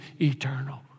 eternal